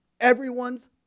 everyone's